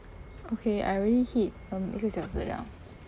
okay I really hit um 一个小时了